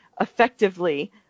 effectively